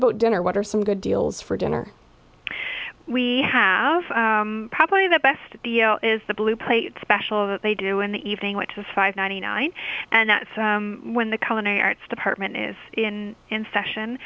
about dinner what are some good deals for dinner we have probably the best d l is the blue plate special that they do in the evening which is five ninety nine and that's when the common arts department is in in session